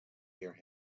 hear